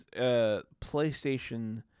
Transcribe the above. PlayStation